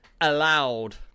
allowed